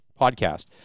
podcast